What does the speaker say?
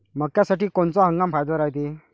मक्क्यासाठी कोनचा हंगाम फायद्याचा रायते?